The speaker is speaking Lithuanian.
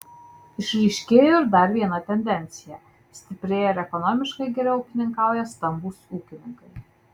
išryškėjo ir dar viena tendencija stiprėja ir ekonomiškai geriau ūkininkauja stambūs ūkininkai